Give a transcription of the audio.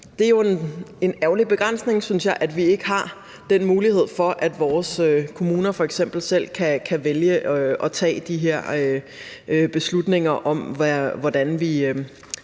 Det er en ærgerlig begrænsning, synes jeg, at vi ikke har den mulighed, at vores kommuner f.eks. selv kan vælge at tage de her beslutninger om, hvordan